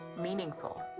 meaningful